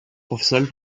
professionnel